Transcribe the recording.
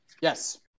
Yes